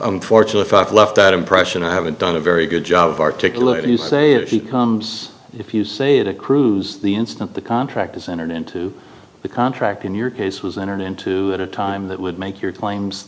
unfortunate if left that impression i haven't done a very good job of articulating you say if he comes if you say it a cruise the instant the contract is entered into the contract in your case was entered into at a time that would make your claims